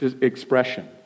expression